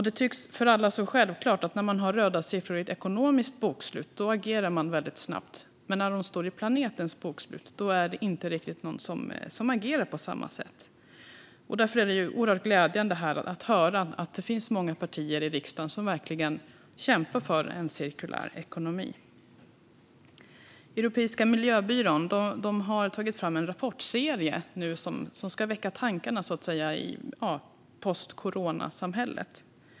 Det tycks vara självklart för alla att när man har röda siffror i ett bokslut agerar man snabbt. Men när de står i planetens bokslut är det inte riktigt någon som agerar på samma sätt. Därför är det oerhört glädjande att höra att det finns många partier i riksdagen som kämpar för en cirkulär ekonomi. Europeiska miljöbyrån har tagit fram en rapportserie som ska väcka tankar i postcoronasamhället.